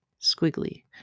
squiggly